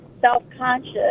self-conscious